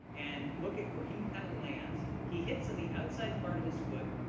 and look at where he kind of lands. he hits on the outside part of his foot.